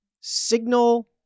signal